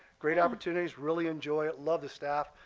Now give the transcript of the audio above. great opportunities, really enjoy it, love the staff.